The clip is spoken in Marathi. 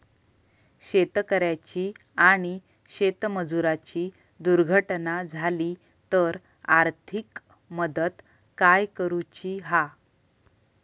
शेतकऱ्याची आणि शेतमजुराची दुर्घटना झाली तर आर्थिक मदत काय करूची हा?